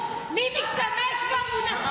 מה זו המילה "דופק"